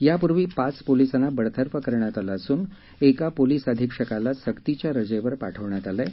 यापूर्वी पाच पोलिसांना बडतर्फ करण्यात आलं असून एका पोलीस अधीक्षकाला सक्तीच्या रजेवर पाठवण्यात आलं आहे